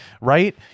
right